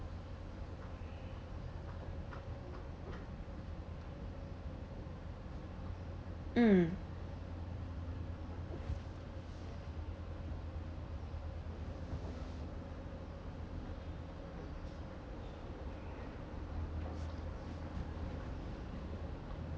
mm